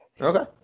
Okay